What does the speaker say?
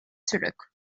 zurück